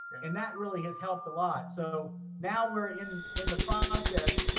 and that really has helped a lot. so now we're in in the process,